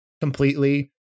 completely